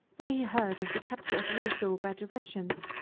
where he heard of the capture of warsaw by the russians,